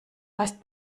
heißt